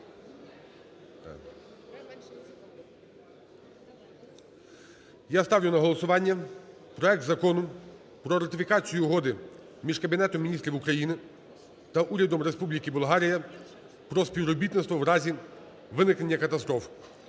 Я ставлю на голосування проект Закону про ратифікацію Угоди між Кабінетом Міністрів України та Урядом Республіки Болгарія про співробітництво в разі виникнення катастроф